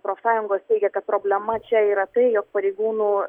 profsąjungos teigia kad problema čia yra tai jog pareigūnų